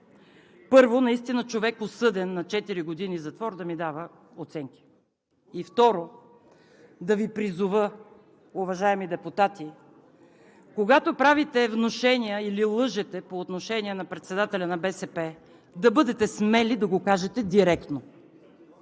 Първо, наистина човек, осъден на четири години затвор, да ми дава оценки. И второ, да Ви призова, уважаеми депутати, когато правите внушения или лъжете по отношение на председателя на БСП, да бъдете смели да го кажете директно.